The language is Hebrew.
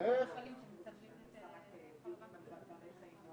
למה פארק לאומי,